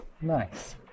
Nice